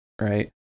right